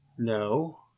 No